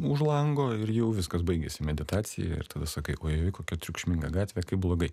už lango ir jau viskas baigėsi meditacija ir tada sakai oi oi oi kokia triukšminga gatvė kaip blogai